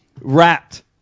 Wrapped